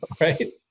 right